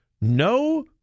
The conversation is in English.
no